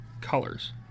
colors